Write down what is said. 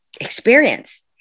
experience